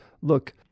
look